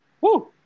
Woo